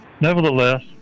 Nevertheless